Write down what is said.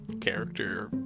character